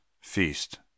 feast